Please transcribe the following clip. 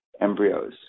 embryos